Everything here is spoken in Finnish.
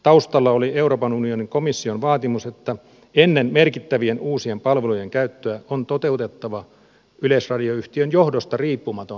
taustalla oli euroopan unionin komission vaatimus että ennen merkittävien uusien palveluiden käyttöä on toteuttava yleisradioyhtiön johdosta riippumaton ennakkoarviointimenettely